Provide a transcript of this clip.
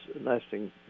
lasting